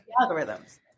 algorithms